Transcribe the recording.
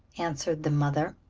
answered the mother.